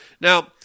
Now